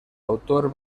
autor